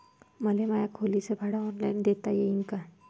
मले माया खोलीच भाड ऑनलाईन देता येईन का?